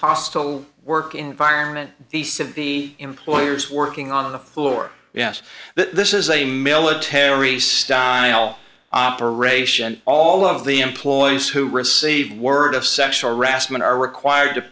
hostile work environment these to be employers working on the floor yes this is a military style operation all of the employees who received word of sexual harassment are required to